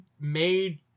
made